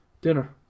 dinner